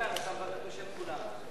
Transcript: (תיקון מס' 53),